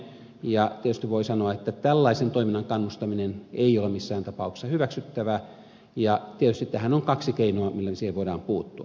ja tietysti voi sanoa että tällaisen toiminnan kannustaminen ei ole missään tapauksessa hyväksyttävää ja tietysti on kaksi keinoa millä siihen voidaan puuttua